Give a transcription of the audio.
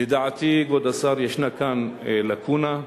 לדעתי, כבוד השר, ישנה כאן לקונה,